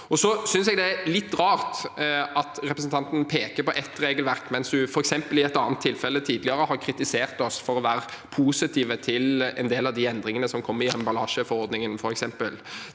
Så synes jeg det er litt rart at representanten peker på ett regelverk, mens hun f.eks. i et annet tilfelle tidligere har kritisert oss for å være positive til en del av de endringene som f.eks. kom i emballasjeforordningen.